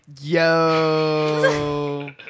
Yo